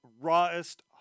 Rawest